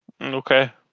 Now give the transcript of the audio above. Okay